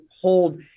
hold